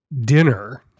Dinner